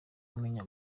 umenya